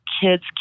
kids